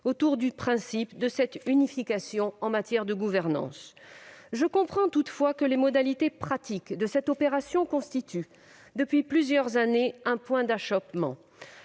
autour du principe de cette unification en matière de gouvernance. Je comprends que les modalités pratiques de cette opération constituent, depuis plusieurs années, un point d'achoppement.